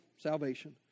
salvation